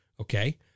okay